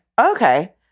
Okay